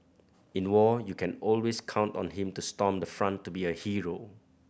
in war you can always count on him to storm the front to be a hero